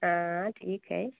हाँ ठीक है